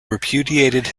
repudiated